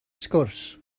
sgwrs